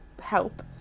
help